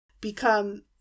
become